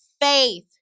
faith